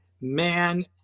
man